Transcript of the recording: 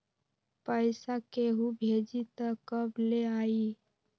पैसा केहु भेजी त कब ले आई?